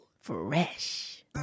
Fresh